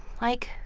like,